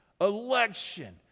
Election